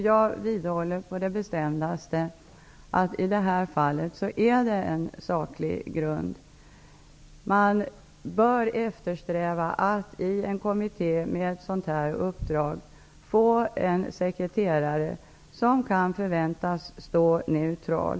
Jag vidhåller på det bestämdaste att i det här fallet har man haft en saklig grund. I en kommitté med ett uppdrag av den här typen bör man eftersträva att tillsätta en sekreterare som kan förväntas förhålla sig neutral.